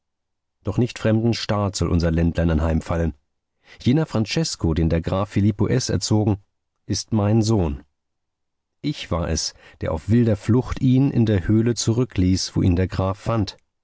doch nicht fremdem staat soll unser ländlein anheimfallen jener francesko den der graf filippo s erzogen ist mein sohn ich war es der auf wilder flucht ihn in der höhle zurückließ wo ihn der graf fand